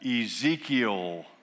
Ezekiel